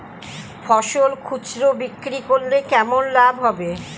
ফসল খুচরো বিক্রি করলে কেমন লাভ হবে?